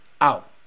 out